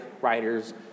writers